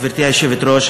גברתי היושבת-ראש,